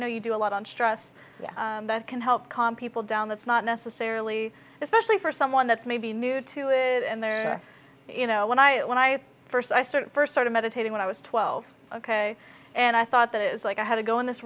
know you do a lot on stress that can help calm people down that's not necessarily especially for someone that's maybe new to it and then you know when i when i first i sort of started meditating when i was twelve ok and i thought that it was like i had to go in this